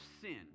sin